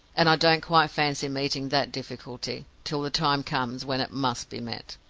and i don't quite fancy meeting that difficulty, till the time comes when it must be met.